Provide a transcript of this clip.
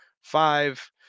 five